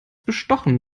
bestochen